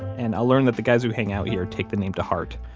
and i'll learn that the guys who hang out here take the name to heart.